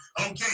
Okay